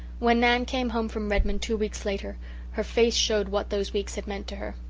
when nan came home from redmond two weeks later her face showed what those weeks had meant to her.